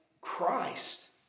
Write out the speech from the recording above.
Christ